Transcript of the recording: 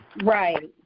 Right